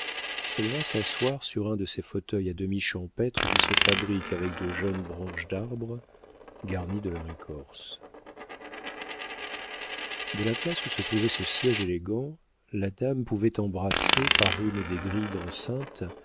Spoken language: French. elle vint s'asseoir sur un de ces fauteuils à demi champêtres qui se fabriquent avec de jeunes branches d'arbres garnies de leur écorce de la place où se trouvait ce siége élégant la dame pouvait embrasser par une des grilles d'enceinte